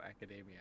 Academia